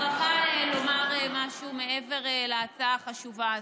אני מוכרחה לומר משהו מעבר להצעה החשובה הזו.